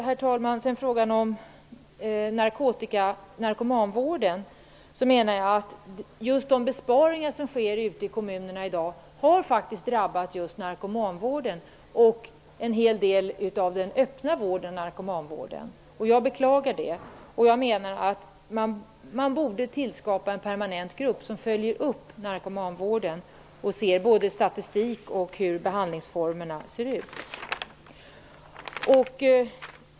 När det gäller narkomanvården menar jag att de besparingar som sker i kommunerna i dag faktiskt har drabbat narkomanvården och en stor del av den öppna narkomanvården. Jag beklagar det och menar att man borde tillskapa en permanent grupp som följer upp narkomanvården och ser både på statistiken och på hur behandlingsformerna ser ut.